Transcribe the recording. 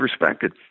respected